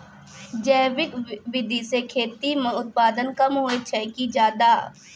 जैविक विधि से खेती म उत्पादन कम होय छै कि ज्यादा?